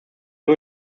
nur